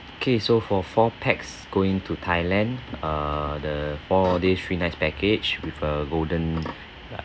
okay so for four pax going to thailand err the four days three nights package with a golden